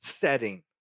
setting